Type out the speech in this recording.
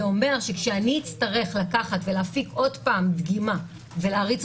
זה אומר שכאשר אני אצטרך להפיק עוד פעם דגימה ולהריץ